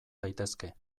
daitezke